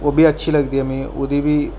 ओह् बी अच्छी लगदी ऐ मिगी ओह्दी बी